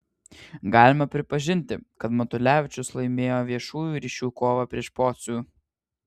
galima pripažinti kad matulevičius laimėjo viešųjų ryšių kovą prieš pocių